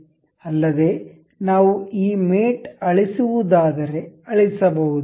ಅಲ್ಲದೆ ನಾವು ಈ ಮೇಟ್ ಅಳಿಸುವದಾದರೆ ಅಳಿಸಬಹುದು